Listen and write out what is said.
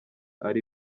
ari